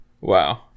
wow